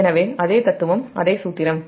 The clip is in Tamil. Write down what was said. எனவே அதே தத்துவம் அதே சூத்திரம்